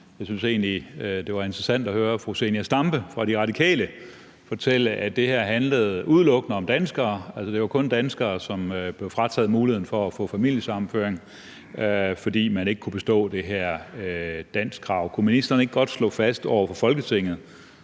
jeg synes egentlig, det var interessant at høre fru Zenia Stampe fra De Radikale fortælle, at det her udelukkende handlede om danskere, altså at det kun var danskere, som blev frataget muligheden for at få familiesammenføring, fordi man ikke kunne bestå det her danskkrav. Kunne ministeren ikke godt slå fast over for Folketinget,